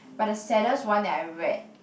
but the saddest one that I read